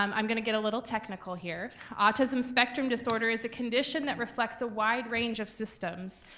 um i'm gonna get a little technical here. autism spectrum disorder is a condition that reflects a wide range of systems.